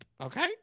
okay